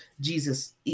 Jesus